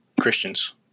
Christians